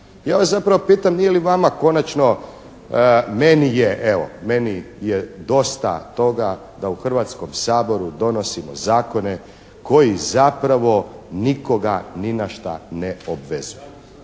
Ja vas zapravo pitam nije li vama konačno meni je dosta toga da u Hrvatskom saboru donosimo zakone koji zapravo nikoga ni na što ne obvezuju,